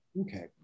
Okay